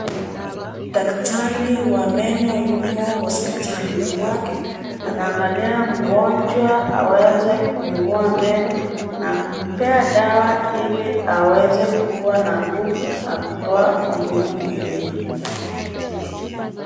Daktari wa meno yumo hospitalini mwake, anaangalia mgonjwa aweze kumngoa meno na kumpea dawa ili aweze kuwa na nguvu na kutoa maumivu mwilini.